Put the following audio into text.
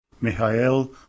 Mikhail